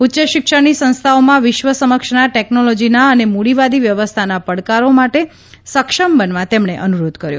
ઉચ્ચશિક્ષણની સંસ્થાઓમાં વિશ્વ સમક્ષના ટેકનોલોજીના અને મૂડીવાદી વ્યવસ્થાના પડકારો માટે સક્ષમ બનવા તેમણે અનુરોધ કર્યો